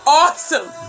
awesome